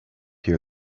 here